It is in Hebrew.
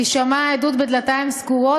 תישמע העדות בדלתיים סגורות,